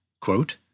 quote